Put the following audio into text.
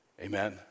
amen